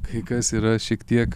kai kas yra šiek tiek